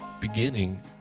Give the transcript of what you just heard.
beginning